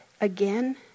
again